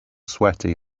sweaty